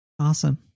Awesome